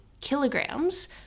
kilograms